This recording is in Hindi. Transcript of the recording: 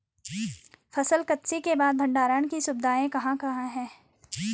फसल कत्सी के बाद भंडारण की सुविधाएं कहाँ कहाँ हैं?